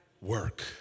work